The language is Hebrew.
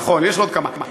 נכון, יש עוד כמה.